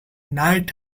night